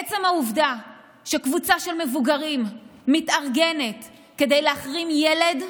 עצם העובדה שקבוצה של מבוגרים מתארגנת כדי להחרים ילד,